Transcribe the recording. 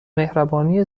مهربانی